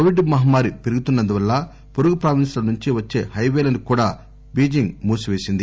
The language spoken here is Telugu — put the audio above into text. కోవిడ్ మహమ్మారి పెరుగుతున్నందువల్ల పొరుగు ప్రావిస్స్ ల నుంచి వచ్చే హైపేలను కూడా బీజింగ్ మూసివేసింది